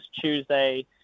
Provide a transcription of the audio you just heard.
Tuesday